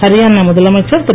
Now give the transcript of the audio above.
ஹரியான முதலமைச்சர் திரு